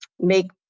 make